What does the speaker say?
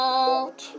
out